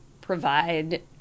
provide